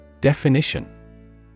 Definition